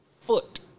foot